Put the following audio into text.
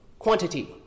Quantity